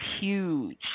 huge